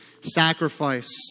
sacrifice